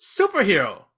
Superhero